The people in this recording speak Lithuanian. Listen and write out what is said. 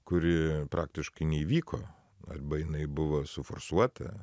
kuri praktiškai neįvyko arba jinai buvo suforsuota